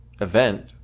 event